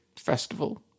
festival